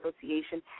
Association